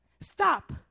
stop